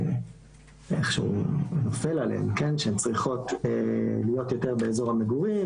שאיכשהו נופל עליהן שהן צריכות להיות יותר באזור המגורים,